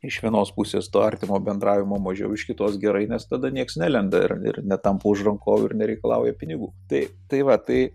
iš vienos pusės to artimo bendravimo mažiau iš kitos gerai nes tada niekas nelenda ir ir netampo už rankovių ir nereikalauja pinigų tai tai va tai